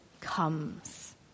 comes